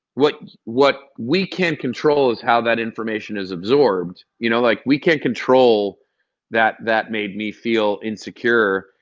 what what we can't control is how that information is absorbed, you know? like, we can't control that that made me feel insecure.